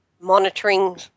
Monitoring